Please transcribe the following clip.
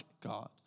God